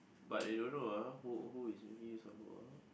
but I don't know ah who who is making use of who ah